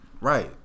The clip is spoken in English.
Right